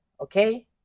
okay